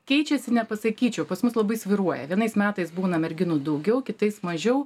keičiasi nepasakyčiau pas mus labai svyruoja vienais metais būna merginų daugiau kitais mažiau